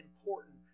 important